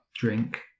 drink